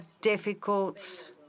difficult